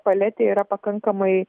paletė yra pakankamai